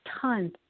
tons